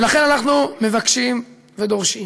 לכן, אנחנו מבקשים ודורשים